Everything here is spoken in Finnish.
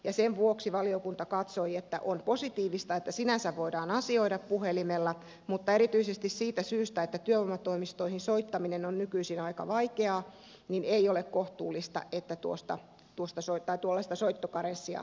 sen vuoksi valiokunta katsoi että on positiivista että sinänsä voidaan asioida puhelimella mutta erityisesti siitä syystä että työvoimatoimistoihin soittaminen on nykyisin aika vaikeaa ei ole kohtuullista että tuollaista soittokarenssia käytetään